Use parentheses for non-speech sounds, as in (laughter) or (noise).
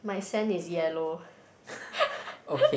my sand is yellow (laughs)